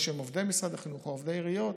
או שהם עובדי משרד החינוך או עובדי עיריות,